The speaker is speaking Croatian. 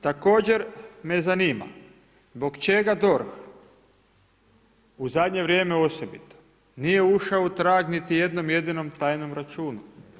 Također me zanima, zbog čega DORH u zadnje vrijeme osobito nije ušao u trag niti jednom jedinom tajnom računu?